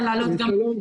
שלום,